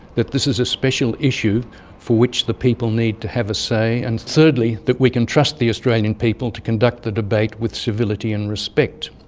that this is a special issue for which the people need to have a say and thirdly, that we can trust the australian people to conduct the debate with civility and respect.